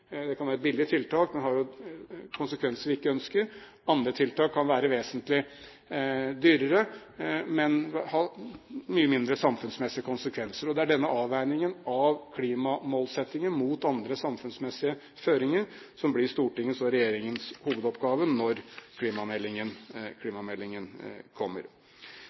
Det kan være et billig tiltak, men har jo konsekvenser vi ikke ønsker. Andre tiltak kan være vesentlig dyrere, men ha mye mindre samfunnsmessige konsekvenser. Det er denne avveiningen av klimamålsettingen mot andre samfunnsmessige føringer som blir Stortingets og regjeringens hovedoppgave når klimameldingen kommer.